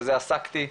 בזה עסקתי,